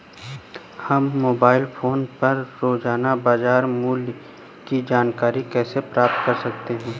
हम mobile phone पर रोजाना बाजार मूल्य की जानकारी कैसे प्राप्त कर सकते हैं?